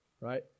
right